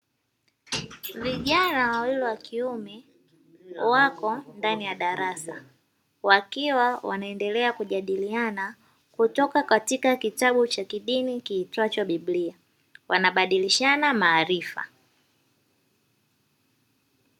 Vijana wawili wakiume wapo ndani ya darasa, wakiwa wanaendela kujadiliana kutoka katika kitabu cha kidini kiitwacho bibilia wanabadilishana maarifa.